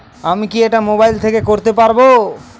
আমি কি এটা মোবাইল থেকে করতে পারবো?